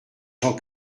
gens